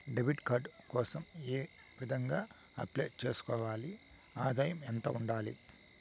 Debit card కోసం ఏ విధంగా అప్లై సేసుకోవాలి? ఆదాయం ఎంత ఉండాలి?